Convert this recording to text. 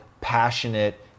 passionate